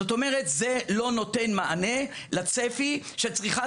זאת אומרת זה לא נותן מענה לצפי של צריכת